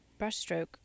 brushstroke